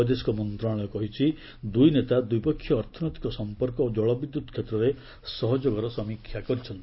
ବୈଦେଶିକ ମନ୍ତ୍ରଶାଳୟ କହିଛି ଦୁଇ ନେତା ଦ୍ୱିପକ୍ଷୀୟ ଅର୍ଥନୈତିକ ସମ୍ପର୍କ ଓ ଜଳବିଦ୍ୟୁତ୍ କ୍ଷେତ୍ରରେ ସହଯୋଗର ସମୀକ୍ଷା କରିଛନ୍ତି